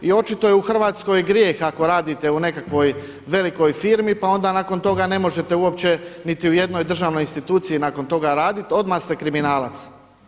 I očito je u Hrvatskoj grijeh ako radite u nekakvoj velikoj firmi pa onda nakon toga ne možete uopće niti u jednoj državnoj instituciji nakon toga raditi, odmah ste kriminalac.